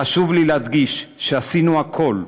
אך חשוב לי להדגיש שעשינו הכול,